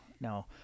no